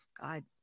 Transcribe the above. God